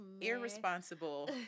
irresponsible